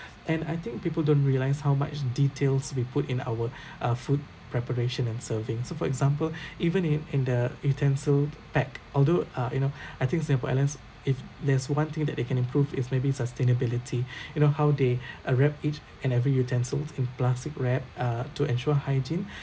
and I think people don't realise how much details we put in our uh food preparation and serving so for example even in in the utensil pack although uh you know I think Singapore Airlines if there's one thing that they can improve is maybe sustainability you know how they uh wrap each and every utensils in plastic wrap uh to ensure hygiene